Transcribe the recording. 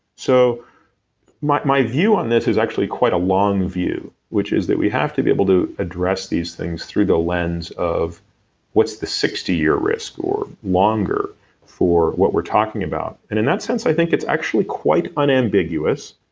so my my view on this is actually quite a long view, which is that we have to be able to address these things through the lens of what's the sixty year risk or longer for what we're talking about? and in that sense, i think it's actually quite unambiguous,